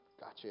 Gotcha